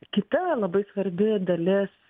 kita labai svarbi dalis